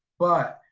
but,